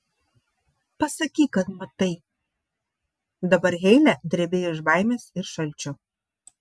pasakyk kad matai dabar heile drebėjo iš baimės ir šalčio